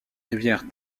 rivières